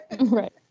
Right